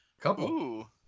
couple